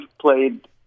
played